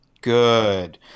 Good